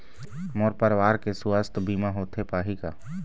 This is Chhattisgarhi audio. मोर परवार के सुवास्थ बीमा होथे पाही का?